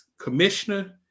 commissioner